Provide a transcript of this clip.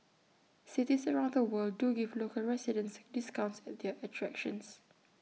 cities around the world do give local residents discounts at their attractions